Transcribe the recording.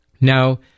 Now